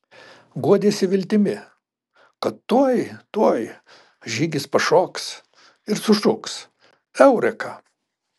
guodėsi viltimi kad tuoj tuoj žygis pašoks ir sušuks eureka